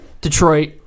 Detroit